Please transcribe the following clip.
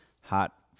hot